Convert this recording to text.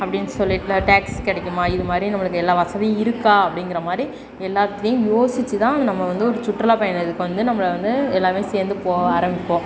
அப்படின்னு சொல்லிவிட்டு இல்லைனா டேக்ஸி கிடைக்குமா இது மாதிரி நம்மளுக்கு எல்லா வசதியும் இருக்கா அப்படிங்கிற மாதிரி எல்லாத்துலேயும் யோசித்து தான் நம்ம வந்து ஒரு சுற்றுலா பயணத்துக்கு வந்து நம்மளை வந்து எல்லாமே சேர்ந்து போக ஆரமிப்போம்